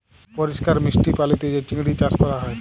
পরিষ্কার মিষ্টি পালিতে যে চিংড়ি চাস ক্যরা হ্যয়